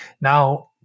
Now